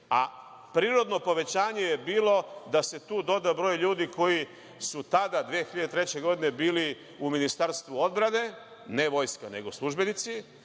Prirodno povećanje je bilo da se tu doda broj ljudi koji su tada 2003. godine bili u Ministarstvu odbrane, ne Vojske, nego službenici,